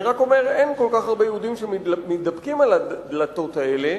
אני רק אומר: אין כל כך הרבה יהודים שמתדפקים על הדלתות האלה,